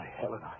Helen